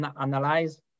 analyze